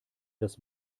das